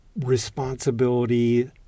responsibility